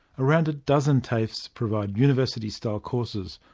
around a dozen tafes provide university-style courses,